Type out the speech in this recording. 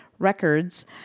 records